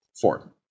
Four